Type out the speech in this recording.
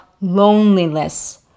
loneliness